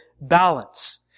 balance